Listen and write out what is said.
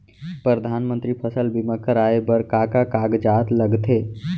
परधानमंतरी फसल बीमा कराये बर का का कागजात लगथे?